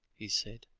he said